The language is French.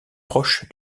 proche